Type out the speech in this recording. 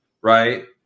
right